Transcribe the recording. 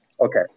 okay